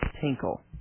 tinkle